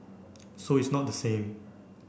so it's not the same